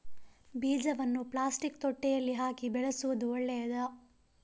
ಬೀಜವನ್ನು ಪ್ಲಾಸ್ಟಿಕ್ ತೊಟ್ಟೆಯಲ್ಲಿ ಹಾಕಿ ಬೆಳೆಸುವುದು ಒಳ್ಳೆಯದಾ?